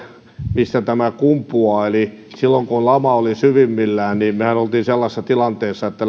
mistä tämä kumpuaa eli silloin kun lama oli syvimmillään mehän olimme sellaisessa tilanteessa että